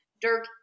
Dirk